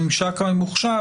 שהממשק יוקם